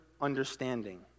understanding